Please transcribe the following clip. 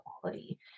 quality